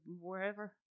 wherever